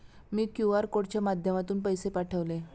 मी QR कोडच्या माध्यमातून पैसे पाठवले